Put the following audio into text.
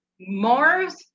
Mars